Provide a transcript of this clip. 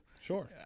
Sure